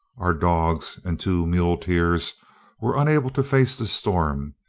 our dogs and two muleteers were unable to face the storm,